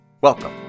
Welcome